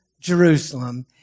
Jerusalem